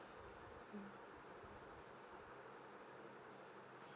mm